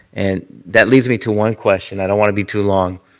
and that leads me to one question. i don't want to be too long.